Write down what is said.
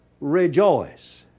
Rejoice